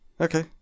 Okay